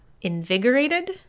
Invigorated